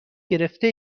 گرفته